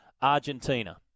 Argentina